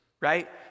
right